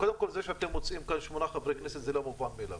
זאת לא בעיה.